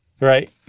Right